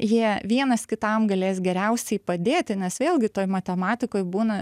jie vienas kitam galės geriausiai padėti nes vėlgi toj matematikoj būna